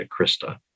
Krista